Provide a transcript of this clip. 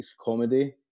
comedy